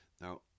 Now